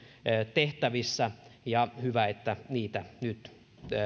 tehtävissä ja hyvä että niitä nyt